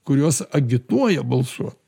kuriuos agituoja balsuo